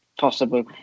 possible